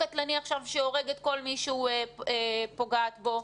קטלני שהורג את כל מי שהוא פוגע בו.